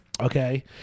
Okay